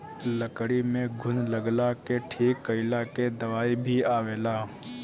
लकड़ी में घुन लगला के ठीक कइला के दवाई भी आवेला